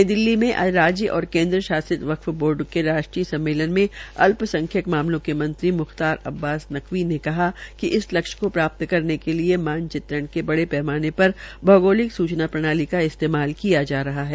नई दिल्ली में आज राज्य और केन्द्र शासित वर्क्फ बोर्ड के राष्ट्रीय सम्मेलन में अल्पसंख्यक मामलों के मंत्री म्ख्तार अब्बास नकवी ने कहा कि इस लक्ष्य को प्राप्त करने के लिये मानचित्रण के लिये बड़े पैमाने पर भगोलिक सूचना प्रणाली का इस्तेमाल किया जा रहा है